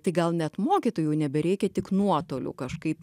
tai gal net mokytojų nebereikia tik nuotoliu kažkaip